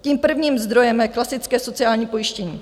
Tím prvním zdrojem je klasické sociální pojištění.